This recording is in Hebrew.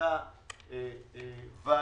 נעשה בה שינויים קליניים.